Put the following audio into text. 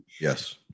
Yes